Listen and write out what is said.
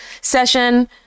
session